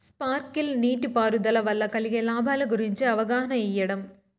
Sprinkle నీటిపారుదల వల్ల కలిగే లాభాల గురించి అవగాహన ఇయ్యడం?